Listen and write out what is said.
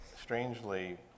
strangely